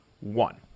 one